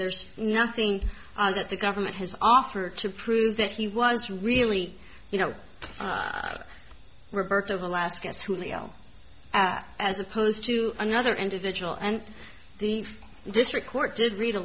there's nothing that the government has offered to prove that he was really you know roberta velasquez julio as opposed to another individual and the district court did read a